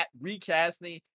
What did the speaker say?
recasting